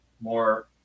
more